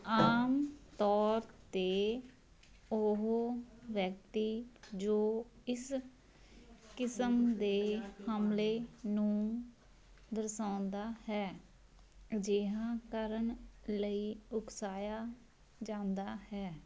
ਆਮ ਤੌਰ 'ਤੇ ਉਹ ਵਿਅਕਤੀ ਜੋ ਇਸ ਕਿਸਮ ਦੇ ਹਮਲੇ ਨੂੰ ਦਰਸਾਉਂਦਾ ਹੈ ਅਜਿਹਾ ਕਰਨ ਲਈ ਉਕਸਾਇਆ ਜਾਂਦਾ ਹੈ